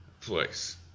place